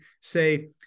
Say